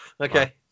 Okay